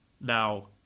now